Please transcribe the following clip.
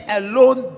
alone